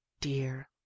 dear